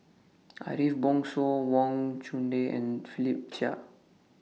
Ariff Bongso Wang Chunde and Philip Chia